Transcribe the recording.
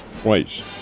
twice